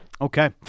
Okay